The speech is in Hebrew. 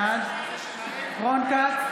בעד רון כץ,